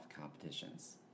competitions